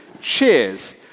Cheers